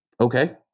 okay